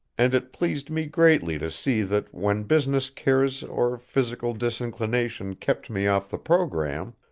and it pleased me greatly to see that when business cares or physical disinclination kept me off the programme,